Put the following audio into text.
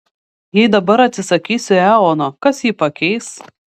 jei dabar atsisakysiu eono kas jį pakeis